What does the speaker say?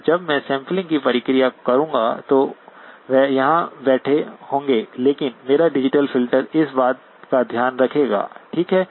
और जब मैं सैंपलिंग की प्रक्रिया करूंगा तो वह यहां बैठे होंगे लेकिन मेरा डिजिटल फिल्टर इस बात का ध्यान रखेगा ठीक है